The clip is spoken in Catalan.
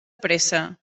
pressa